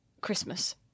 Christmas